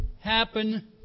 happen